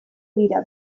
dira